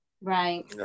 right